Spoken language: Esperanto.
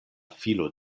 filo